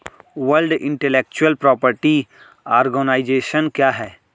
World intellectual property organisation क्या है?